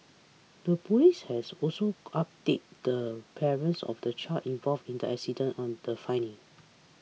the police has also updated the parents of the child involved in the incident on the findings